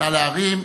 נא להרים.